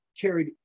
carried